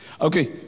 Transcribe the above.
Okay